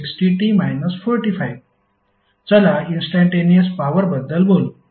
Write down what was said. i चला instantaneous power बद्दल बोलू